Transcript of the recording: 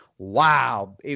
Wow